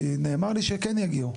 כי נאמר לי שכן יגיעו.